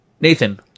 Nathan